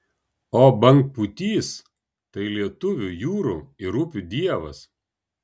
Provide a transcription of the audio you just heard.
o bangpūtys tai lietuvių jūrų ir upių dievas